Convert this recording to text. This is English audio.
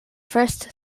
first